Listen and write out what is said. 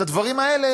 את הדברים האלה